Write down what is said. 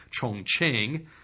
Chongqing